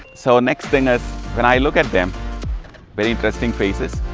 so next thing is when i look at them very interesting faces,